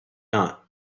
not